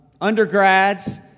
undergrads